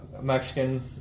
Mexican